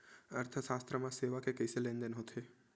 अर्थशास्त्र मा सेवा के कइसे लेनदेन होथे?